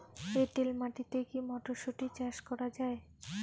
এটেল মাটিতে কী মটরশুটি চাষ করা য়ায়?